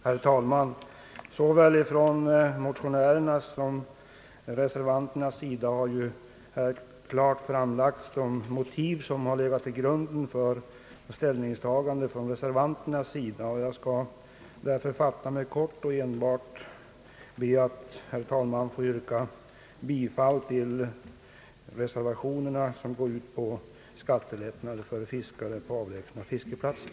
Herr talman! Såväl från motionärernas som från reservanternas sida har här klart anförts de motiv som legat till grund för reservanternas ställningstagande. Jag skall därför fatta mig kort och endast be att få yrka bifall till reservationen, som går ut på skattelättnader för fiskare på avlägsna fiskeplatser.